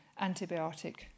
antibiotic